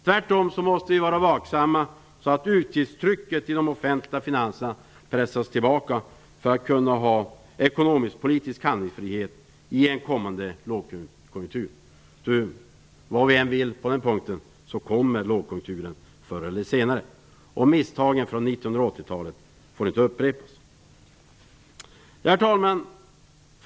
Tvärtom måste vi vara vaksamma så att utgiftstrycket i de offentliga finanserna pressas tillbaka för att kunna ha ekonomisk-politisk handlingsfrihet i en kommande lågkonjunktur. Oavsett vad vi vill på den punkten kommer lågkonjunkturen förr eller senare. Misstagen från 1980-talet får inte upprepas. Herr talman!